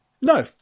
No